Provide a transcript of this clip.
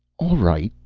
all right.